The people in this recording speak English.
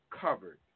covered